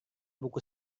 buku